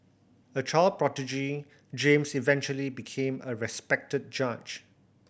a child prodigy James eventually became a respected judge